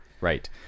Right